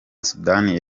sudani